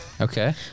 Okay